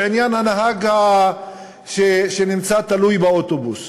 בעניין הנהג שנמצא תלוי באוטובוס,